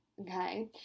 okay